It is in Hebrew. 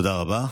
תודה רבה.